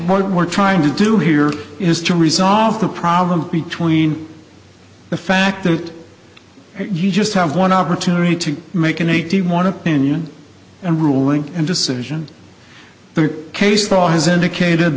what we're trying to do here is to resolve the problem between the fact that you just have one opportunity to make an eighty one opinion and ruling and decision